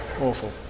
awful